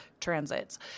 transits